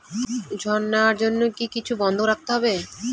ঋণ নেওয়ার জন্য কি কিছু বন্ধক রাখতে হবে?